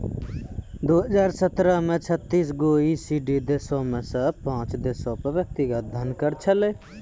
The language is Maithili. दु हजार सत्रह मे छत्तीस गो ई.सी.डी देशो मे से पांच देशो पे व्यक्तिगत धन कर छलै